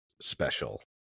special